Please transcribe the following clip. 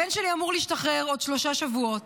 הבן שלי אמור להשתחרר עוד שלושה שבועות,